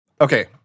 Okay